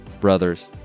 brothers